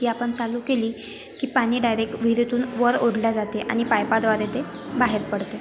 ती आपण चालू केली की पाणी डायरेक विहिरीतून वर ओढल्या जाते आणि पायपाद्वारे ते बाहेर पडते